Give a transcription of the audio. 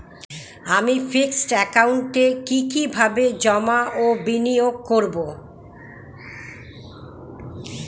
আমি ফিক্সড একাউন্টে কি কিভাবে জমা ও বিনিয়োগ করব?